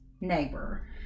neighbor